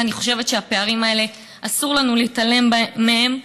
ואני חושבת שהפערים האלה, אסור לנו להתעלם מהם.